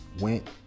went